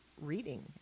reading